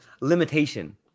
Limitation